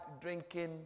drinking